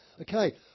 Okay